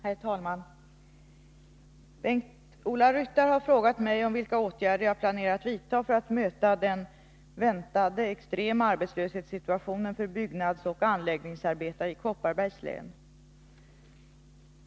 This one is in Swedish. Herr talman! Bengt-Ola Ryttar har frågat mig om vilka åtgärder jag planerar att vidta för att möta den väntade extrema arbetslöshetssituationen för byggnadsoch anläggningsarbetare i Kopparbergs län.